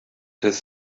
his